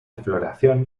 floración